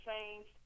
changed